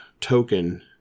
token